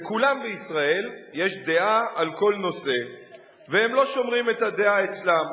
לכולם בישראל יש דעה על כל נושא והם לא שומרים את הדעה אצלם.